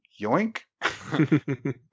yoink